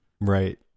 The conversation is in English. Right